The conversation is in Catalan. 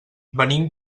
venim